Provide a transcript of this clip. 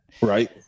right